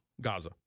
Gaza